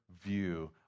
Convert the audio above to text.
view